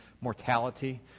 mortality